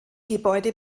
gebäude